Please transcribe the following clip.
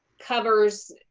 covers